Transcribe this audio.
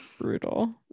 Brutal